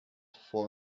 for